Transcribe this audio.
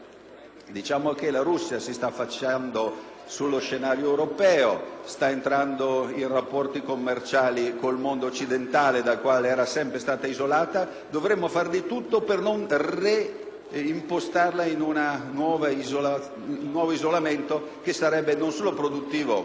russa. La Russia si sta affacciando sullo scenario europeo, sta entrando in rapporti commerciali con il mondo occidentale dal quale era sempre stata isolata. Dovremmo far di tutto per non reimpostarla in un nuovo isolamento, che non solo sarebbe improduttivo,